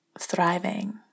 thriving